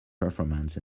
performance